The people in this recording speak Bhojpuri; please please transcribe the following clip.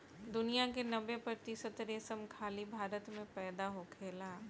दुनिया के नब्बे प्रतिशत रेशम खाली भारत में पैदा होखेला